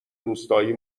روستایی